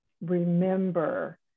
remember